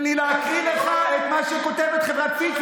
תן לי להקריא לך את מה שכותבת חברת פיץ',